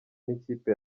n’ikipe